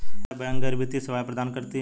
क्या बैंक गैर वित्तीय सेवाएं प्रदान करते हैं?